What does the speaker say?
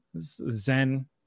Zen